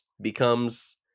becomes